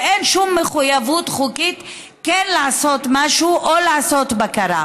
ואין שום מחויבות חוקית לעשות משהו או לעשות בקרה.